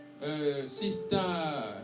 Sister